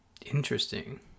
Interesting